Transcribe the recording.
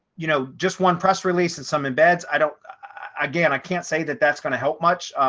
you know, just one press release in some embeds. i don't i again, i can't say that that's going to help much.